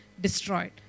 destroyed